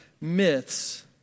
myths